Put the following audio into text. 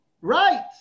Right